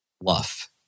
bluff